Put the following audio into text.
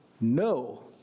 No